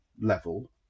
level